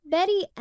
Betty